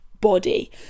body